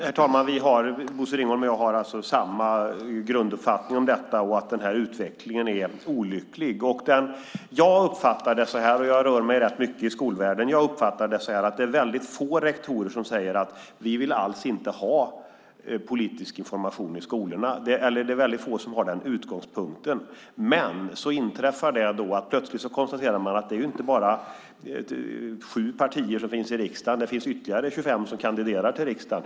Herr talman! Bosse Ringholm och jag har samma grunduppfattning om detta. Utvecklingen är olycklig. Jag rör mig rätt mycket i skolvärlden, och jag uppfattar det som att det är väldigt få rektorer som har utgångspunkten att man inte alls vill ha politisk information i skolorna. Men så inträffar det att man konstaterar att det inte bara handlar om de sju partier som finns i riksdagen; det finns ytterligare 25 som kandiderar till riksdagen.